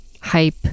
hype